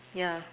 yeah